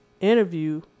interview